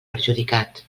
perjudicat